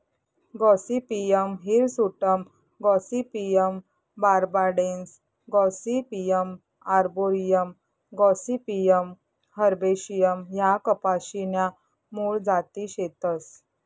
Gossypium hirsutum gossypium barbadense gossypium arboreum gossypium herbaceum ह्या कपाशी न्या मूळ जाती शेतस